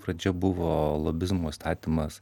pradžia buvo lobizmo statymas